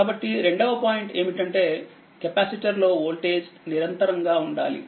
కాబట్టి రెండవ పాయింట్ ఏమిటంటే కెపాసిటర్లో వోల్టేజ్ నిరంతరముగా ఉండాలి